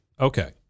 Okay